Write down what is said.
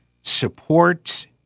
supports